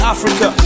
Africa